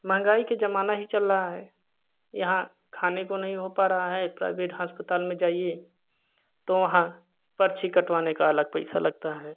महंगाई का जमाना ही चल रहा है यहाँ खाने को नहीं हो पा रहा है प्राइवेट अस्पताल में जाएं तो वहाँ पर्ची कटवाने का अलग पैसा लगता है